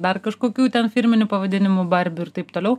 dar kažkokių ten firminių pavadinimų barbių ir taip toliau